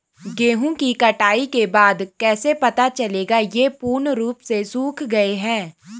गेहूँ की कटाई के बाद कैसे पता चलेगा ये पूर्ण रूप से सूख गए हैं?